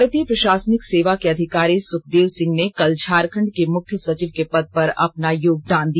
भारतीय प्रषासनिक सेवा के अधिकारी सुखदेव सिंह ने कल झारखंड के मुख्य सचिव के पद पर अपना योगदान दिया